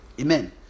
Amen